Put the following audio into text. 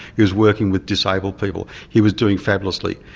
he was working with disabled people. he was doing fabulously.